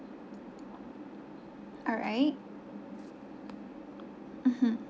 alright mmhmm